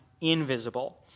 invisible